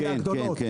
אלה הגדולות.